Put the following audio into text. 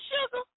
sugar